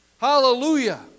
Hallelujah